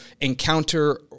encounter